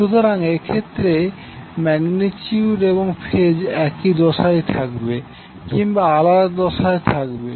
সুতরাং এক্ষেত্রে ম্যাগ্নেটিউড এবং ফেজ একই দশায় থাকবে কিংবা আলাদা দশায় থাকবে